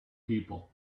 people